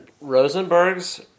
Rosenberg's